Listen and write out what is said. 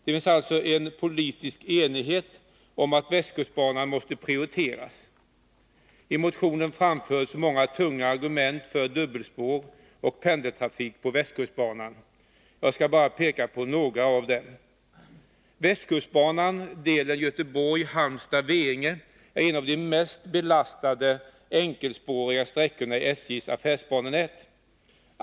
Det finns alltså en politisk enighet om att Västkustbanan måste prioriteras. I motionen framförs många tunga argument för dubbelspår och pendeltrafik på Västkustbanan. Jag skall bara peka på några av dem. Västkustbanan — delen Göteborg-Halmstad-Veinge — är en av de mest belastade enkelspåriga sträckorna i SJ:s affärsbannät.